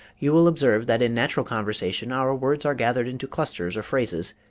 you will observe that in natural conversation our words are gathered into clusters or phrases,